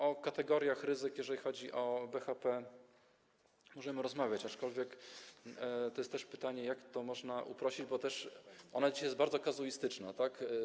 O kategoriach ryzyk, jeżeli chodzi o BHP, możemy rozmawiać, aczkolwiek jest też pytanie, jak to można uprościć, bo też dzisiaj jest to bardzo kazuistyczne.